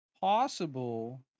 possible